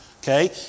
Okay